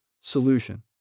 solution